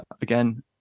Again